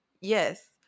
Yes